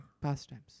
Pastimes